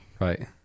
Right